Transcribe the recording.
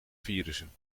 virussen